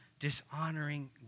dishonoring